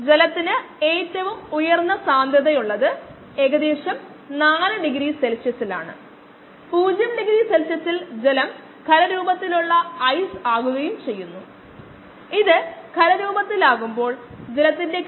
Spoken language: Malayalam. അതിനാൽ ഇവ മൈക്കിളിസ് മെന്റൻ പാരാമീറ്ററുകൾ vm ആണ് ഇത് മിനിറ്റിന് 0